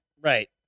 Right